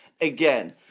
again